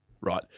right